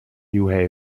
new